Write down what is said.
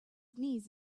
knees